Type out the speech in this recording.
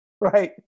right